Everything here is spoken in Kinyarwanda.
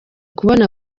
kubona